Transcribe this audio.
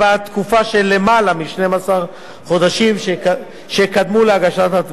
תקופה של למעלה מ-12 חודשים שקדמו להגשת התביעה.